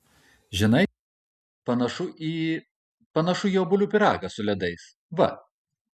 žinai panašu į panašu į obuolių pyragą su ledais va